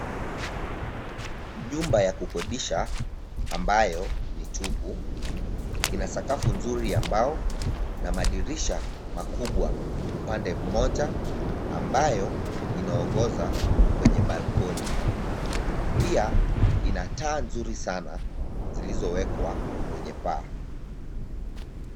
Nyumba ya kukodisha ambayo ni tupu. Ina sakafu nzuri ya mbao na madirisha makubwa upande mmoja ambayo inaongoza kwenye balcony . Pia ina taa nzuri sana zilizowekwa kwenye paa.